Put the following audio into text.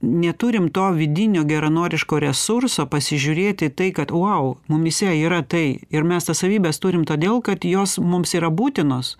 neturim to vidinio geranoriško resurso pasižiūrėti į tai kad vau mumyse yra tai ir mes tas savybes turim todėl kad jos mums yra būtinos